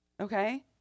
Okay